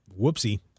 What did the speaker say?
Whoopsie